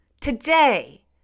today